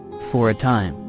for a time,